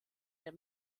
der